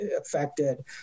affected